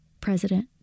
President